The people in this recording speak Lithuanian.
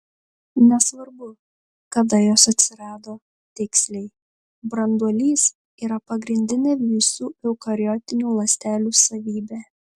nesvarbu kada jos atsirado tiksliai branduolys yra pagrindinė visų eukariotinių ląstelių savybė